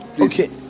okay